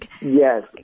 Yes